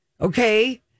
Okay